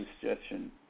suggestion